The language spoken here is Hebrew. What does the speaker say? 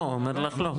לא, אומר לך לא.